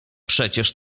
przecież